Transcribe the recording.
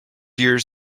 years